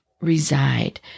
reside